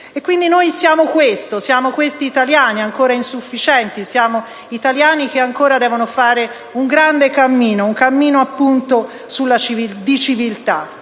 Noi siamo questo, questi italiani, ancora insufficienti, italiani che ancora devono fare un grande cammino, un cammino di civiltà.